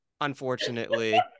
unfortunately